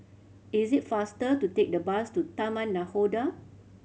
is it faster to take the bus to Taman Nakhoda